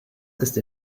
ist